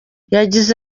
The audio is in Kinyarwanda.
yagize